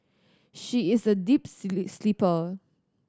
she is a deeps sleeper